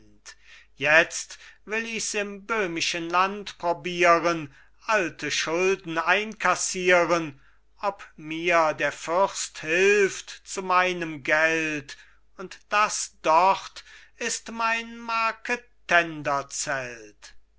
jetzt will ichs im böhmischen land probieren alte schulden einkassieren ob mir der fürst hilft zu meinem geld und das dort ist mein